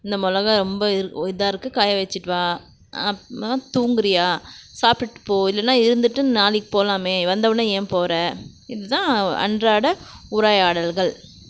இந்த மிளகா ரொம்ப இதாக இருக்கு காய வச்சிட்டு வா அப்பறம் தூங்குறியா சாப்பிட்டுட்டு போ இல்லைனா இருந்துவிட்டு நாளைக்கு போகலாமே வந்தவொனே ஏன் போகிற இதுதான் அன்றாட உரையாடல்கள்